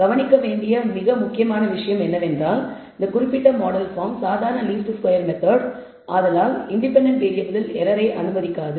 கவனிக்க வேண்டிய மிக முக்கியமான விஷயம் என்னவென்றால் இந்த குறிப்பிட்ட மாடல் பார்ம் சாதாரண லீஸ்ட் ஸ்கொயர் மெத்தட் ஆதலால் இண்டிபெண்டன்ட் வேரியபிளில் ஏரரை அனுமதிக்காது